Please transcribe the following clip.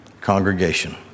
congregation